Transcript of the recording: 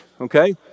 okay